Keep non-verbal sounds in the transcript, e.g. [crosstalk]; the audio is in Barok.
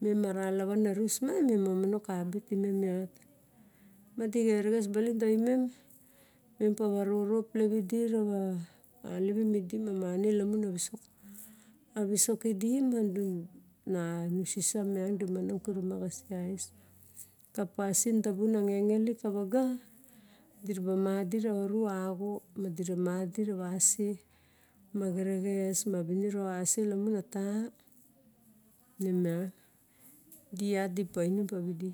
mem ara lavana rus ma me momonong kabe timem iat madi xerexes balin tavimem mem pava roroplepidi ra a alivi idi ma ani lamun a visok ia visok kidi ma [hesitation] nu sisa miang du monong kuruma a cis ka pasin tabun na ngengelik ka vago dina ba ma di rava oru axo ma diura ma dui raca se ma xerexes ma viniro ase lamun ata ne miang di- iat di painim pa vidi